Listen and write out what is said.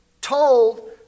told